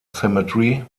cemetery